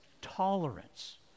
tolerance